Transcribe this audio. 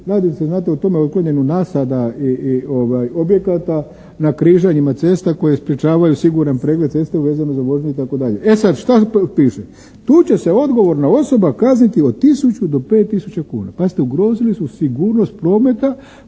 se ne razumije./ nasada i objekata na križanjima cesta koji sprječavaju siguran pregled ceste vezano za vožnju, itd. E sad, šta to piše. Tu će se odgovorna osoba kazniti od tisuću do 5 tisuća kuna. Pazite, ugrozili su sigurnost prometa